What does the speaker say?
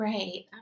Right